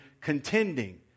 contending